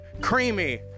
creamy